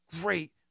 great